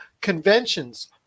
Conventions